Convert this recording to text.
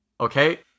Okay